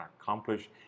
accomplish